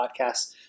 podcast